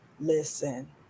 Listen